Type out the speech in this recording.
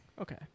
Okay